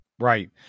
Right